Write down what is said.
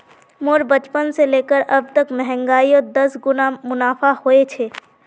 मोर बचपन से लेकर अब तक महंगाईयोत दस गुना मुनाफा होए छे